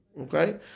okay